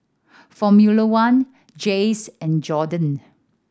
Formula One Jays and Johan